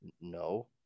No